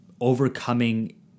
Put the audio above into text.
overcoming